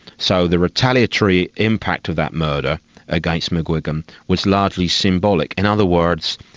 so the retaliatory impact of that murder against mcguigan was largely symbolic. in other words,